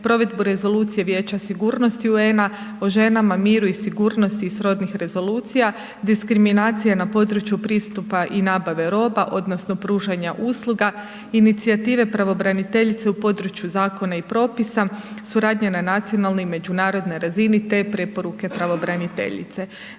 provedbu rezolucije Vijeća sigurnosti UN-a o ženama, miru i sigurnosti i srodnih rezolucija, diskriminacija na području pristupa i nabave roba odnosno pružanja usluga, inicijative pravobraniteljice u području zakona i propisa, suradnja na nacionalnoj i međunarodnoj razini te preporuke pravobraniteljice.